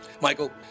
Michael